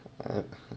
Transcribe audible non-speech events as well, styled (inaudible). (laughs)